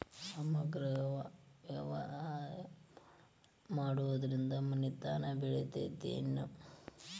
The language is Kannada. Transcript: ಸಮಗ್ರ ವ್ಯವಸಾಯ ಮಾಡುದ್ರಿಂದ ಮನಿತನ ಬೇಳಿತೈತೇನು?